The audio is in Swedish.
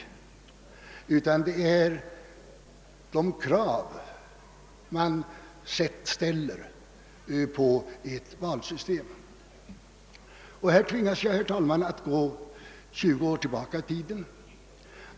Det rör sig också om de krav man ställer på valsystemet. Jag tvingas nu, herr talman, att gå 20 år tillbaka i tiden.